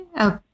okay